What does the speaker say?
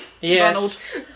Yes